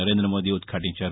Narendra Modi ఉద్ఘటించారు